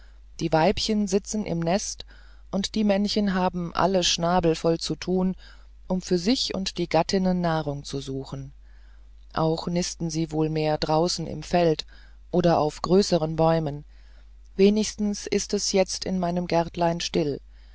die weibchen sitzen im nest und die männchen haben alle schnabel voll zu tun um für sich und die gattinnen nahrung zu suchen auch nisten sie wohl mehr draußen im feld oder auf größeren bäumen wenigstens ist es jetzt in meinem gärtlein still